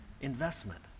investment